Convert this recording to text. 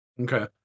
Okay